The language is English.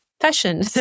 fashion